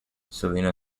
selina